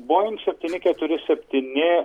boeing septyni keturi septyni